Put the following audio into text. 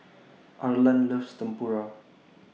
Arlan loves Tempura